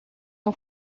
não